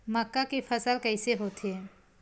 मक्का के फसल कइसे होथे?